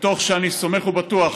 מתוך שאני סמוך ובטוח